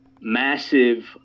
massive